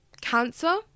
cancer